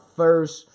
first